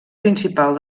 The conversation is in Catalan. principal